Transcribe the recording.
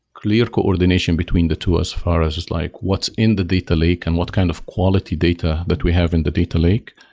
clear coordination between the two as far as just like what's in the data lake and what kind of quality data that we have in the data lake,